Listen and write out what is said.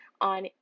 on